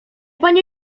panie